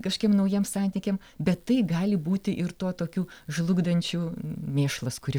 kažkiem naujiem santykiam bet tai gali būti ir tuo tokiu žlugdančiu mėšlas kurį